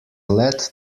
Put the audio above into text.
led